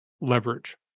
leverage